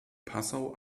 passau